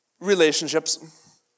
relationships